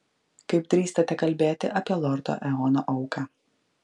kaip drįstate kalbėti apie lordo eono auką